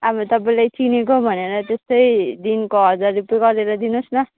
अब तपाईँलाई चिनेको भनेर त्यस्तै दिनको हजार रुपियाँ गरेर दिनुहोस् न